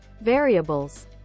variables